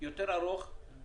הנושא של חובת